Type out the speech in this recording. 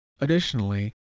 Additionally